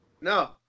No